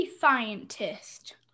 scientist